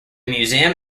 museum